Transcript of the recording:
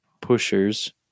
pushers